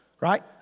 Right